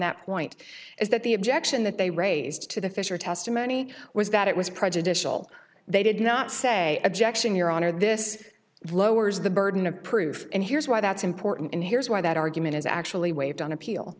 that point is that the objection that they raised to the fisher testimony was that it was prejudicial they did not say objection your honor this lowers the burden of proof and here's why that's important and here's why that argument is actually waived on appeal